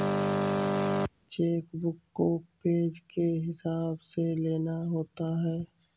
check book को page के हिसाब से लेना होता है